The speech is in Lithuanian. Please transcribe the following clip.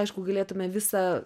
aišku galėtume visą